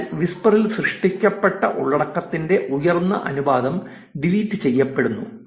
അതിനാൽ വിസ്പറിൽ സൃഷ്ടിക്കപ്പെട്ട ഉള്ളടക്കത്തിന്റെ ഉയർന്ന അനുപാതം ഡിലീറ്റ് ചെയ്യപെടുന്നു